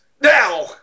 now